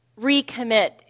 Recommit